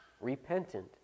repentant